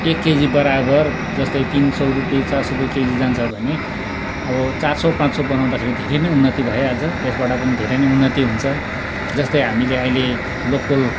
एक केजी बराबर जस्तै तिन सौ रुपियाँ चार सौ रुपियाँ केजी जान्छ भने अब चार सौ पाँच सौ बनाउँदाखेरि धेरै नै उन्नति भइहाल्छ त्यसबाट पनि धेरै नै उन्नति हुन्छ जस्तै हामीले अहिले लोकल